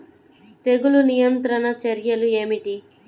తెగులు నియంత్రణ చర్యలు ఏమిటి?